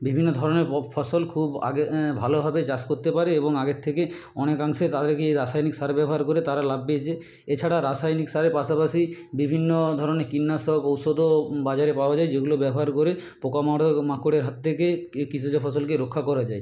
বিভিন্ন ধরণের ফসল খুব আগে ভালোভাবে চাষ করতে পারে এবং আগের থেকে অনেকাংশে তাদেরকে রাসায়নিক সার ব্যবহার করে তারা লাভ পেয়েছে এছাড়া রাসায়নিক সারের পাশাপাশি বিভিন্ন ধরনের কীটনাশক ঔষধও বাজারে পাওয়া যায় যেগুলো ব্যবহার করে পোকা মাকড়ের হাত থেকে কৃষিজ ফসলকে রক্ষা করা যায়